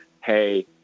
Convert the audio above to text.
hey